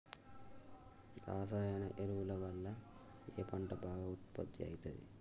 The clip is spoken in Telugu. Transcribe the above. రసాయన ఎరువుల వల్ల ఏ పంట బాగా ఉత్పత్తి అయితది?